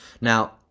Now